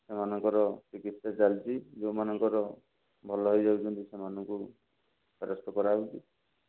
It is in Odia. ସେମାନଙ୍କର ଚିକିତ୍ସା ଚାଲିଛି ଯେଉଁମାନଙ୍କର ଭଲ ହେଇ ଯାଉଛନ୍ତି ସେମାନଙ୍କୁ ଫେରସ୍ତ କରାହେଉଛି